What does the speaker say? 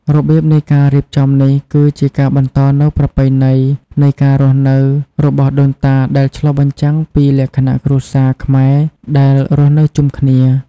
របៀបនៃការរៀបចំនេះ គឺជាការបន្តនូវប្រពៃណីនៃការរស់នៅរបស់ដូនតា ដែលឆ្លុះបញ្ចាំងពីលក្ខណៈគ្រួសារខ្មែរដែលរស់នៅជុំគ្នា។